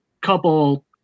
couple